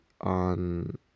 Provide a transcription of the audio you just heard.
on